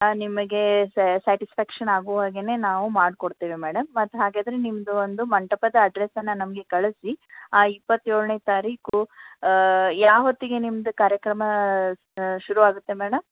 ನಿಮಗೆ ಸೆ ಸ್ಯಾಟಿಸ್ಫ್ಯಾಕ್ಷನ್ ಆಗೋ ಹಾಗೆಯೇ ನಾವು ಮಾಡಿಕೊಡ್ತೇವೆ ಮೇಡಮ್ ಮತ್ತೆ ಹಾಗಾದರೆ ನಿಮ್ಮದು ಒಂದು ಮಂಟಪದ ಅಡ್ರೆಸನ್ನು ನಮಗೆ ಕಳಿಸಿ ಇಪ್ಪತ್ತೇಳನೇ ತಾರೀಖು ಯಾವತ್ತಿಗೆ ನಿಮ್ಮದು ಕಾರ್ಯಕ್ರಮ ಶುರು ಆಗುತ್ತೆ ಮೇಡಮ್